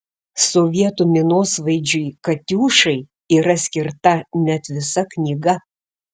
sovietų minosvaidžiui katiušai yra skirta net visa knyga